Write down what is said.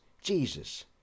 Jesus